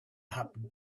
happened